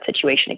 situation